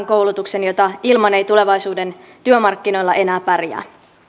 koulutuksen jota ilman ei tulevaisuuden työmarkkinoilla enää pärjää